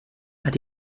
hat